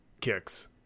kicks